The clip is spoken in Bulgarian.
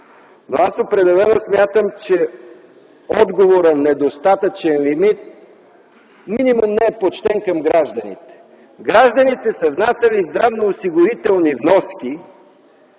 Аз определено смятам, че отговорът „недостатъчен лимит” най-малкото не е почтен към гражданите. Гражданите са внасяли здравноосигурителни вноски,